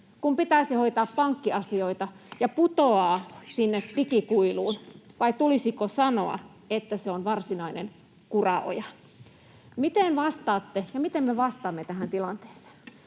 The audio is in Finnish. kun pitäisi hoitaa pankkiasioita ja putoaa sinne digikuiluun — vai tulisiko sanoa, että se on varsinainen kuraoja? Miten vastaatte ja miten me vastaamme tähän tilanteeseen?